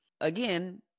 again